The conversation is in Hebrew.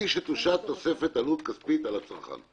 ומבלי שתושת תוספת עלות כספית על הצרכן".